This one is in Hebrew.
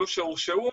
אלה שהורשעו,